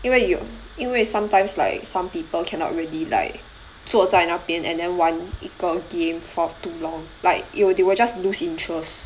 因为有因为 sometimes like some people cannot really like 坐在那边 and then 玩一个 game for too long like it will they will just lose interests